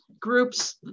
groups